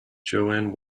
joanne